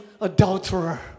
Adulterer